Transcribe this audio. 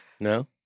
No